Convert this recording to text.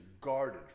guarded